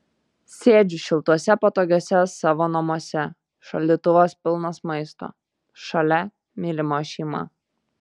sėdžiu šiltuose patogiuose savo namuose šaldytuvas pilnas maisto šalia mylima šeima